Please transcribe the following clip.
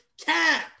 Cap